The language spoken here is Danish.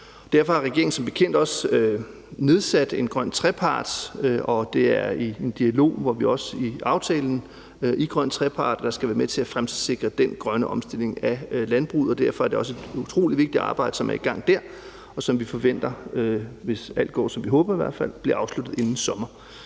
Derfor har regeringen som bekendt også nedsat en grøn trepart, og det er en dialog, hvor vi også i aftalen i den grønne trepart skal være med til at fremtidssikre den grønne omstilling af landbruget, og derfor er det også et utrolig vigtigt arbejde, som er i gang der, og som vi forventer, i hvert fald hvis alt går, som vi håber, bliver afsluttet inden sommer.